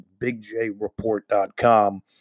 BigJReport.com